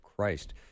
Christ